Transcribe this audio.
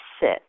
sit